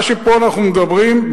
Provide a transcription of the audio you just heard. מה שאנחנו מדברים פה,